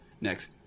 Next